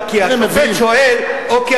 כי השופט שואל, אוקיי.